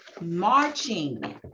marching